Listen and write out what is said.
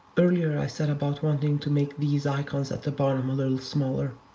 earlier i said about wanting to make these icons at the bottom a little smaller.